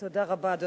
תודה רבה.